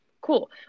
cool